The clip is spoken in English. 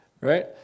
Right